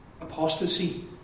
apostasy